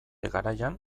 garaian